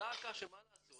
דא עקא שמה לעשות,